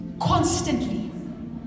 constantly